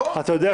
אתה יודע,